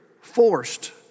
forced